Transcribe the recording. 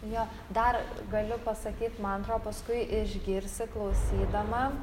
jo dar galiu pasakyti man atro paskui išgirsi klausydama